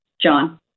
John